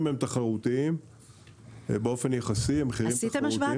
המחירים הם תחרותיים באופן יחסי --- עשיתם השוואה,